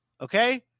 okay